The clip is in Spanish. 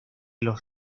los